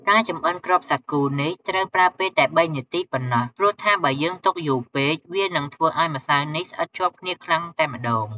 ការចម្អិនគ្រាប់សាគូនេះត្រូវប្រើពេលតែ៣នាទីប៉ុណ្ណោះ ព្រោះថា បើយើងទុកយូរពេក វានឹងធ្វើឲ្យម្សៅនេះស្អិតជាប់គ្នាខ្លាំងតែម្ដង។